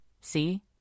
See